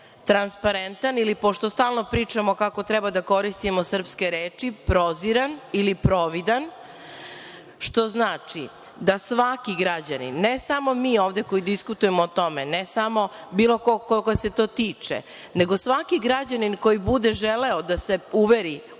transparentan ili pošto stalno pričamo kako treba da koristimo srpske reči – proziran ili providan, što znači da svaki građanin, ne samo mi ovde koji diskutujemo o tome, ne samo bilo ko koga se to tiče, nego svaki građanin koji bude želeo da se uveri